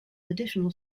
additional